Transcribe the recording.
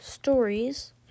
Stories